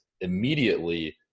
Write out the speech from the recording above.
immediately